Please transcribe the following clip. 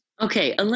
Okay